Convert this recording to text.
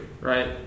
right